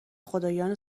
خدایان